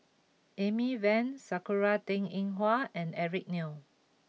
Amy Van Sakura Teng Ying Hua and Eric Neo